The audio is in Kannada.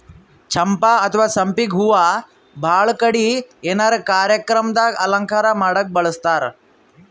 ಚಂಪಾ ಅಥವಾ ಸಂಪಿಗ್ ಹೂವಾ ಭಾಳ್ ಕಡಿ ಏನರೆ ಕಾರ್ಯಕ್ರಮ್ ದಾಗ್ ಅಲಂಕಾರ್ ಮಾಡಕ್ಕ್ ಬಳಸ್ತಾರ್